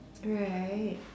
alright